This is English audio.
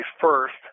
first